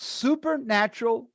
supernatural